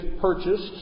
purchased